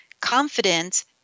Confidence